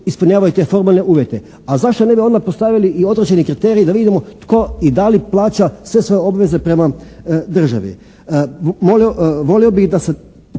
ispunjavaju te formalne uvjete. A zašto onda ne bi postavili i određene kriterije da vidimo tko i da li plaća sve svoje obveze prema državi?